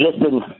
listen